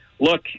look